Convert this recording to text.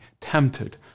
tempted